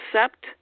accept